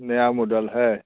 नया मोडल है